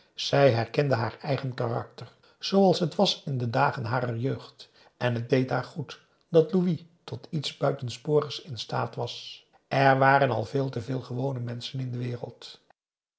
zij herkende haar eigen karakter zooals het was in de dagen harer jeugd en het deed haar goed dat louis tot iets buitensporigs in staat was er waren al veel te veel gewone menschen in de wereld